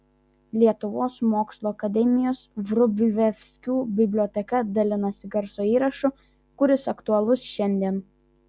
lietuvos mokslų akademijos vrublevskių biblioteka dalinasi garso įrašu kuris aktualus šiandien